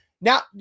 Now